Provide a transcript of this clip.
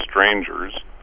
Strangers